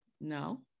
no